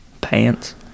Pants